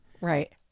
right